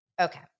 Okay